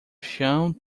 chão